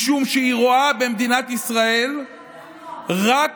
משום שהיא רואה במדינת ישראל רק